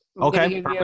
Okay